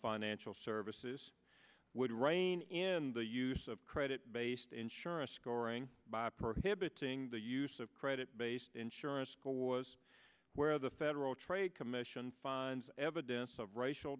financial services would rein in the use of credit based insurance scoring by prohibiting the use of credit based insurance school was where the federal trade commission funds evidence of racial